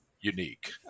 unique